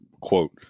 quote